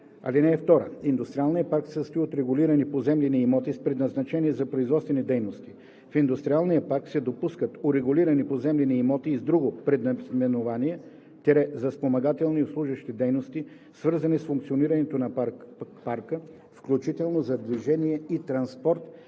ЗУТ. (2) Индустриалният парк се състои от урегулирани поземлени имоти с предназначение за производствени дейности. В индустриалния парк се допускат урегулирани поземлени имоти и с друго предназначение – за спомагателни и обслужващи дейности, свързани с функционирането на парка, включително за движение и транспорт